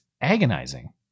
agonizing